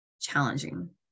challenging